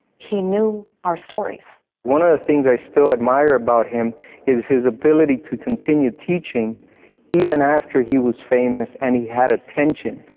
he knew our stories. one of the things i still admire about him is his ability to continue teaching even after he was famous and he had attention.